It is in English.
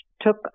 took